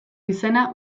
izena